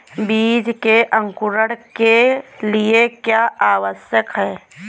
बीज के अंकुरण के लिए क्या आवश्यक है?